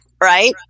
right